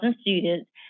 students